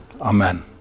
Amen